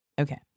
Okay